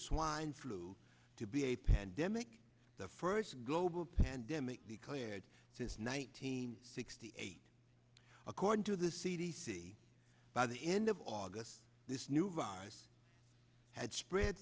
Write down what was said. swine flu to be a pandemic the first global pandemic because aired since nineteen sixty eight according to the c d c by the end of august this new virus had spread